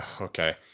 Okay